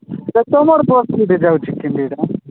ଯେ ତମର୍ ବସ୍ କେଉଁଠି ଯାଉଛି କେନ୍ତା